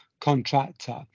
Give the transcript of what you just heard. contractor